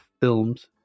films